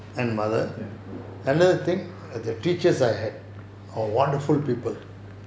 ya